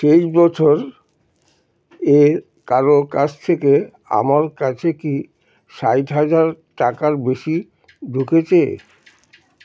শেষ বছর এর কারোর কাছ থেকে আমার কাছে কি ষাট হাজার টাকার বেশি ঢুকেছে